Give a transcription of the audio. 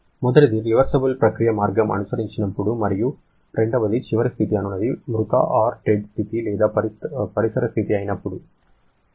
మొదటిది రివర్సిబుల్ ప్రక్రియ మార్గం అనుసరించినప్పుడు మరియు రెండవది చివరి స్థితి అనునది మృతడెడ్ స్థితి లేదా పరిసర స్థితి అయినప్పుడు